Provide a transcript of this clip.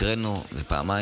הקראנו פעמיים.